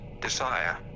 desire